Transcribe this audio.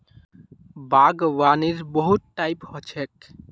बागवानीर बहुत टाइप ह छेक